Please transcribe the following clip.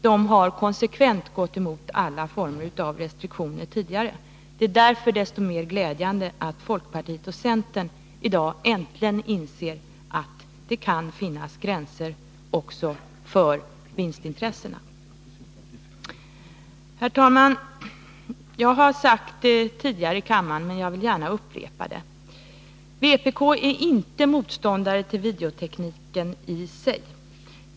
De har tidigare konsekvent gått emot alla former av restriktioner. Det är därför desto mer glädjande att folkpartiet och centern i dag äntligen inser att det kan finnas gränser också för vinstintressena. Herr talman! Jag har sagt det tidigare här i kammaren men jag vill gärna upprepa det: vpk är inte motståndare till videotekniken i sig.